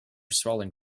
swelling